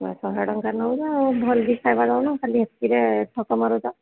ତୁମେ ଶହେ ଟଙ୍କା ନେଉଛ ଭଲକି ଖାଇବା ଦେଉନ ଖାଲି ଏତକିରେ ଠକ ମାରୁଛ